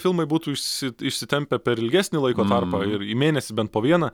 filmai būtų išsi išsitempę per ilgesnį laiko tarpą ir į mėnesį bent po vieną